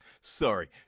sorry